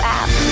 app